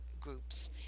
groups